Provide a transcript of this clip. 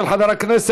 של חבר הכנסת